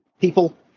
people